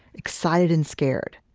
excited and scared,